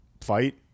fight